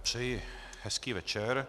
Přeji hezký večer.